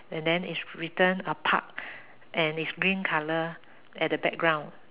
and then is written a Park and its green color at the background